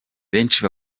benshi